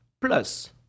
plus